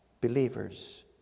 believers